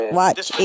watch